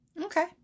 Okay